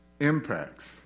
impacts